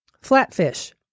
Flatfish